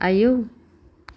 आयौ